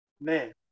man